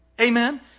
Amen